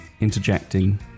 interjecting